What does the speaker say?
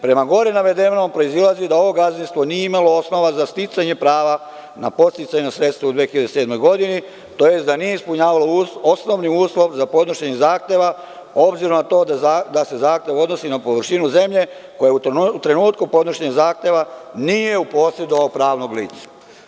Prema gore navedenom, proizilazi da ovo gazdinstvo nije imalo osnova za sticanje prava na podsticajna sredstva u 2007. godini, tj, da nije ispunjavalo osnovni uslov za podnošenje zahteva, obzirom na to da se zahtev odnosi na površinu zemlje, koja u trenutku podnošenja zahteva nije u posedu ovog pravnog lica.